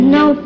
no